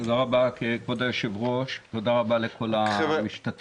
תודה רבה כבוד היושב-ראש, תודה רבה לכל המשתתפים.